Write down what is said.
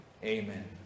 Amen